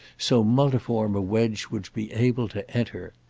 so multiform a wedge would be able to enter.